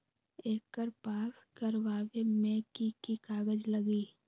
एकर पास करवावे मे की की कागज लगी?